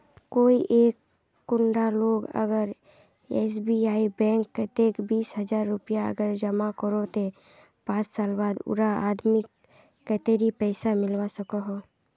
कोई एक कुंडा लोग अगर एस.बी.आई बैंक कतेक बीस हजार रुपया अगर जमा करो ते पाँच साल बाद उडा आदमीक कतेरी पैसा मिलवा सकोहो?